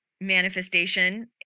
manifestation